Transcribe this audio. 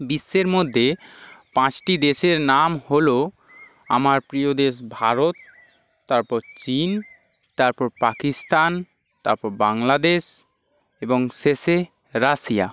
বিশ্বের মধ্যে পাঁচটি দেশের নাম হল আমার প্রিয় দেশ ভারত তারপর চিন তারপর পাকিস্তান তারপর বাংলাদেশ এবং শেষে রাশিয়া